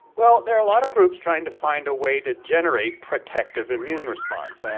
well, there are a lot of groups trying to find a way to generate protective immune response. and